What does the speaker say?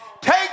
take